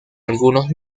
algunos